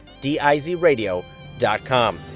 D-I-Z-Radio.com